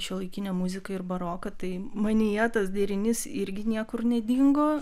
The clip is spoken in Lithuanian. šiuolaikinę muziką ir baroką tai manyje tas derinys irgi niekur nedingo